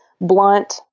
blunt